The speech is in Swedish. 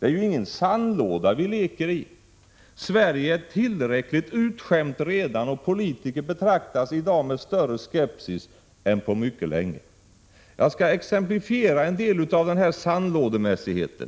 Det är ju ingen sandlåda vi leker i. Sverige är tillräckligt utskämt redan, och politiker betraktas i dag med större skepsis än på mycket länge. Jag skall exemplifiera en del av denna sandlådemässighet.